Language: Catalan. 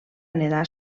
nedar